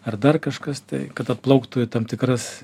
ar dar kažkas tai kad atplauktų į tam tikras